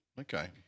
Okay